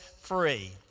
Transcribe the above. free